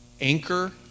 Anchor